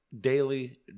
daily